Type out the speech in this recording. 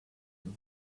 you